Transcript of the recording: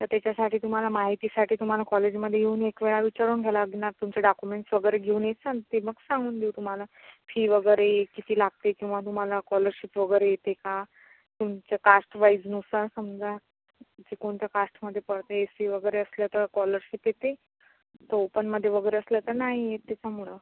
तर तेच्यासाठी तुम्हाला माहितीसाठी तुम्हाला कॉलेजमध्ये येऊन एक वेळा विचारून घ्यायला लागणार तुमचे डॉक्युमेंट्स वगैरे घेऊन येचाल ते मग सांगून देऊ तुम्हाला फी वगैरे किती लागते किंवा तुम्हाला कॉलरशिप वगैरे येते का तुमचं कास्ट वाईजनुसार समजा इथे कोणतं कास्टमध्ये पडते फी वगैरे असलं तर कॉलरशिप येते तर ओपनमध्ये वगैरे असलं तर नाही येत तेच्यामुळं